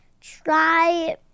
try